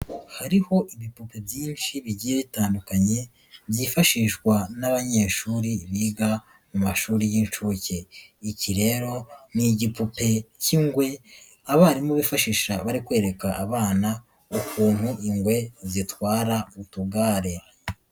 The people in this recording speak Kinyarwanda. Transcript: Hariho ibipure byinshi bigiye bitandukanye byifashishwa n'abanyeshuri biga mu mashuri y'incuke, iki rero n'igipupe cy'ingwe abarimu bifashisha bari kwereka abana' ukuntu ingwe zitwara utugare.